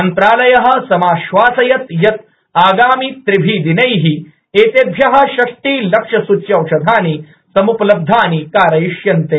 मन्त्रालयः समाश्वसयत् यत् आगामित्रिभिः दिनैः एतेभ्यः षष्टिलक्षस्चयौषधानि सम्पलब्धानि कारयिष्यन्ते